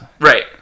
right